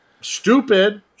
Stupid